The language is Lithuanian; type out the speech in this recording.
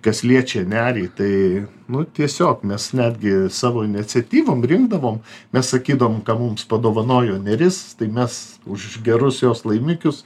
kas liečia nerį tai nu tiesiog mes netgi savo iniciatyvom rinkdavom mes sakydavom ką mums padovanojo neris tai mes už gerus jos laimikius